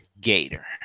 Gator